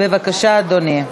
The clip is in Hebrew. בבקשה, אדוני.